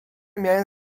miałem